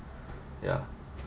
ya